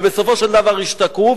ובסופו של דבר ישתקעו.